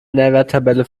nährwerttabelle